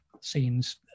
scenes